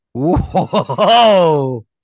Whoa